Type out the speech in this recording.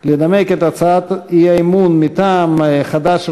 לנמק את הצעת האי-אמון מטעם חד"ש,